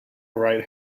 right